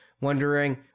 wondering